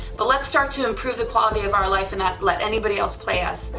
but let's start to improve the quality of our life, and not let anybody else play us,